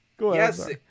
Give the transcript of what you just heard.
yes